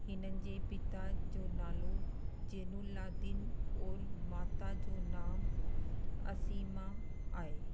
हिननि जे पिता जो नालो जेलुल्लादीन और माता जो नाम असीमा आहे